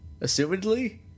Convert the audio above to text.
Assumedly